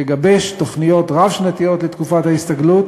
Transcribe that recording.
שיגבש תוכניות רב-שנתיות לתקופת ההסתגלות,